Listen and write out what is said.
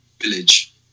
village